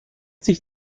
sich